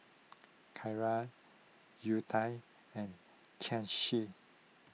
Kiran Udai and Kanshi